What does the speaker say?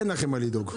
אין לכם מה לדאוג.